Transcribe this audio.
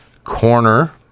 Corner